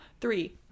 Three